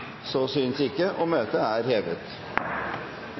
Møtet er hevet.